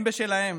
הם בשלהם,